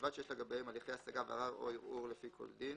ובלבד שיש לגביהם הליכי השגה וערר או ערעור לפי כל דין,